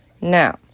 now